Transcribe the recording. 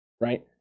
right